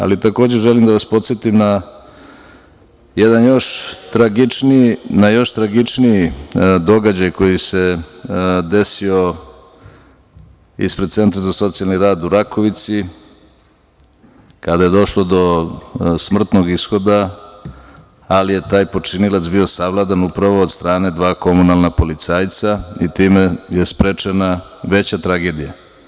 Ali, takođe, želim da vas podsetim na jedan još tragičniji događaj koji se desio ispred Centra za socijalni rad u Rakovici, kada je došlo do smrtnog ishoda, ali je taj počinilac bio savladan upravo od strane dva komunalna policajca i time je sprečena veća tragedija.